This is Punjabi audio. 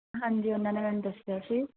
ਹਾਂਜੀ ਉਹਨਾਂ ਨੇ ਮੈਨੂੰ ਦੱਸਿਆ ਸੀ